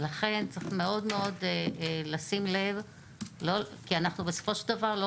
לכן צריך מאוד מאוד לשים לב כי אנחנו בסופו של דבר לא